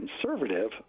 conservative